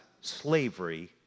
slavery